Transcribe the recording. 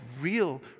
real